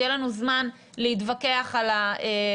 אז יהיה לנו זמן להתווכח על הדרך.